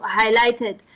highlighted